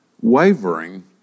wavering